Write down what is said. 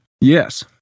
Yes